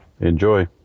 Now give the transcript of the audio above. Enjoy